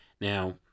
Now